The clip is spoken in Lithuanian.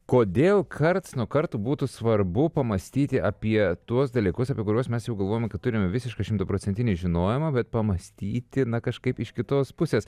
kodėl karts nuo karto būtų svarbu pamąstyti apie tuos dalykus apie kuriuos mes jau galvojome kad turime visišką šimtaprocentinį žinojimą bet pamąstyti na kažkaip iš kitos pusės